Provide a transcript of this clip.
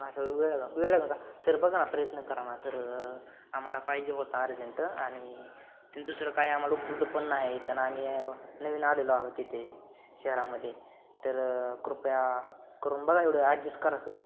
हा सर वेळ वेळ घ सर बघा ना प्रयत्न करा ना सर आम्हाला पाहिजे होता अर्जंट आणि तीन दुसरं काय आम्हाला उपलब्ध पण नाही त्यांना आम्ही नवीन आलेलो आहोत इथे श शहरामध्ये तर कृपया करून बघा एवढं ॲडजस्ट करा सर